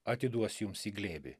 atiduos jums į glėbį